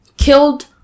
Killed